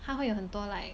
他会有很多 like